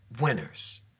winners